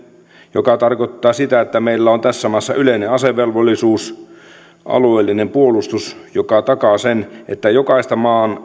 mikä tarkoittaa sitä että meillä on tässä maassa yleinen asevelvollisuus alueellinen puolustus joka takaa sen että jokaista maan